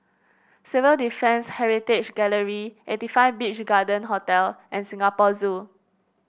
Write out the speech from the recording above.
Civil Defence Heritage Gallery eighty five Beach Garden Hotel and Singapore Zoo